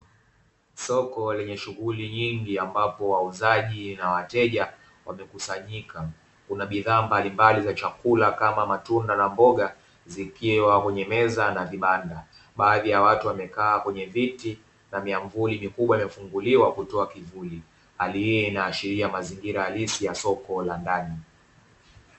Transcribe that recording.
Soko lenye shughuli nyingi ambapo wauzaji na wateja wamekusanyika, kuna bidhaa mbalimbali za chakula kama matunda na mboga zikiwa kwenye meza na vibanda, baadhi ya watu wamekaa kwenye viti na miamvuli mikubwa imefunguliwa kutoa kivuli, hali hii inaakisi mazingira ya soko la ndani.